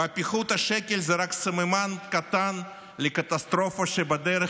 והפיחות בשקל זה רק סממן קטן לקטסטרופה שבדרך,